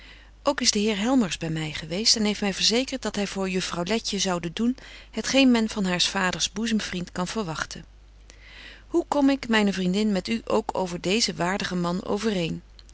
ook is de heer helmers by my geweest en heeft my verzekert dat hy voor juffrouw letje zoude doen het geen men van haars vaders boezemvriend kan verwagten hoe kom ik myne vriendin met u ook over deezen waardigen man overeen